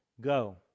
go